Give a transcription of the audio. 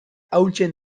ahultzen